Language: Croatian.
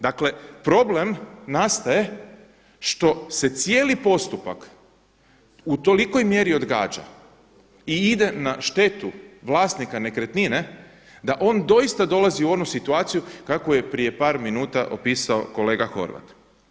Dakle problem nastaje što se cijeli postupak u tolikoj mjeri odgađa i ide na štetu vlasnika nekretnine da on doista dolazi u onu situaciju kakvu je prije par minuta opisao kolega Horvat.